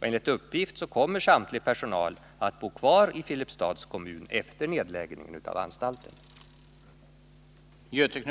Enligt uppgift kommer samtlig personal att bo kvar i Filipstads kommun efter nedläggningen av anstalten.